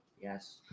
Yes